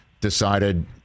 decided